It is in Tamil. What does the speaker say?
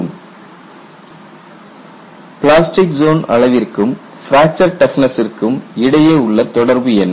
கேள்வி பிளாஸ்டிக் ஜோன் அளவிற்கும் பிராக்சர் டஃப்னஸ்சுக்கும் இடையே உள்ள தொடர்பு என்ன